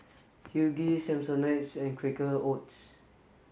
Huggies Samsonite and Quaker Oats